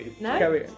No